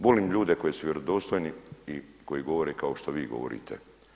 Volim ljude koji su vjerodostojni i koji govore kao što vi govorite.